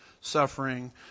suffering